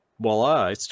voila